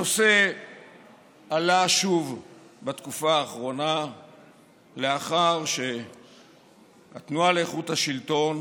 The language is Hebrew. הנושא עלה שוב בתקופה האחרונה לאחר שהתנועה לאיכות השלטון